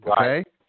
Okay